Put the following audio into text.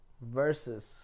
versus